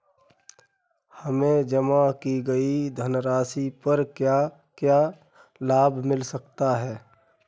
हमें जमा की गई धनराशि पर क्या क्या लाभ मिल सकता है?